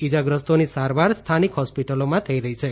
ઈજાગ્રસ્તોની સારવાર સ્થાનિક હોસ્પિટલોમાં થઈ રહ્યું છે